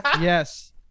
Yes